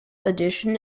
edition